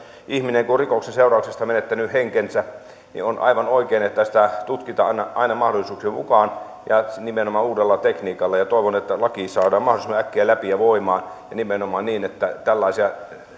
ihminen on rikoksen seurauksesta menettänyt henkensä on aivan oikein että tätä tutkitaan aina aina mahdollisuuksien mukaan ja nimenomaan uudella tekniikalla toivon että laki saadaan mahdollisimman äkkiä läpi ja voimaan ja nimenomaan niin että tällaiset